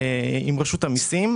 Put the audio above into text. עם רשות המיסים.